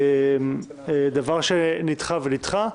זה דבר שנדחה ונדחה,